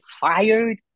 fired